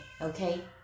okay